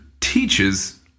teaches